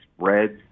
spreads